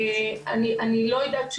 אני לא יודעת,